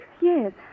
Yes